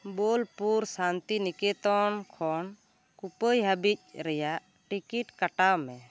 ᱵᱳᱞᱯᱩᱨ ᱥᱟᱱᱛᱤᱱᱤᱠᱮᱛᱚᱱ ᱠᱷᱚᱱ ᱠᱳᱯᱟᱹᱭ ᱦᱟᱹᱵᱤᱡ ᱨᱮᱭᱟᱜ ᱴᱤᱠᱤᱴ ᱠᱟᱴᱟᱣ ᱢᱮ